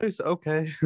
Okay